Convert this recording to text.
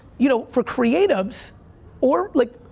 you know, for creatives or like,